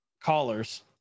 Callers